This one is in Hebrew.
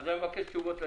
אבקש תשובות.